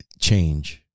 change